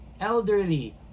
elderly